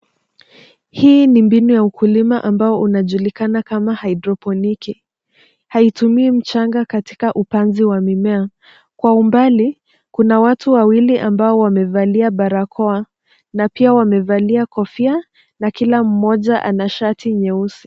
Hii ni mbinu ya ukulima ambao unajulikana kama haidroponiki. Haitumii mchanga katika upanzi wa mimea. Kwa umbali kuna watu wawili ambao wamevalia barakoa na pia wamevalia kofia na kila mmoja ana shati nyeusi.